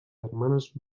germanes